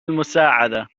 المساعدة